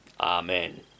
Amen